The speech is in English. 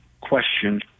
question